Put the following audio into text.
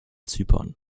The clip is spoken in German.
zypern